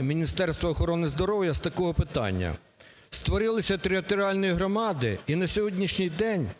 Міністерства охорони здоров'я з такого питання. Створилися територіальні громади і на сьогоднішній день